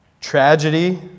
Tragedy